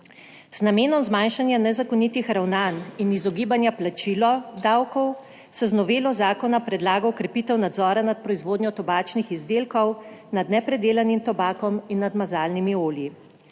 Z namenom zmanjšanja nezakonitih ravnanj in izogibanja plačilu davkov se z novelo zakona predlaga okrepitev nadzora nad proizvodnjo tobačnih izdelkov nad nepredelanim tobakom in nad mazalnimi olji.